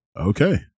Okay